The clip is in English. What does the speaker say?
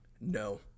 No